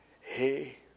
hey